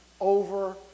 over